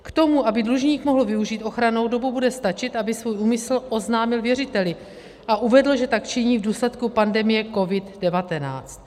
K tomu, aby dlužník mohl využít ochrannou dobu, bude stačit, aby svůj úmysl oznámil věřiteli a uvedl, že tak činí v důsledku pandemie COVID19.